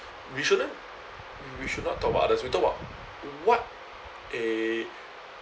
we shouldn't we should not talk about others we talk about what eh